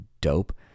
dope